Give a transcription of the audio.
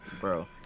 bro